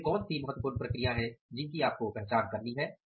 तो वे कौन सी महत्वपूर्ण प्रक्रिया है जिनकी आपको पहचान करनी है